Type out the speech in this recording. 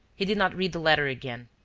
he did not read the letter again,